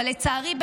אבל לצערי,